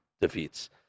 defeats